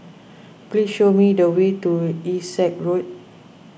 please show me the way to Essex Road